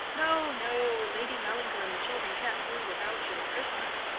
no, no. lady mallinger and the children can't do without you at christmas.